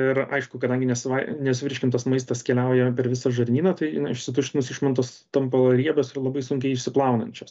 ir aišku kadangi nesuvai nesuvirškintas maistas keliauja per visą žarnyną tai išsituštinus išmatos tampa riebios ir labai sunkiai išsiplaunančios